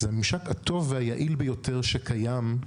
זה הממשק הטוב והיעיל ביותר שקיים,